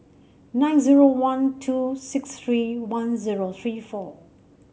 nine zero one two six three one zero three four